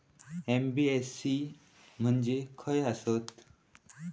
NBFC म्हणजे खाय आसत?